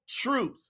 truth